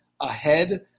ahead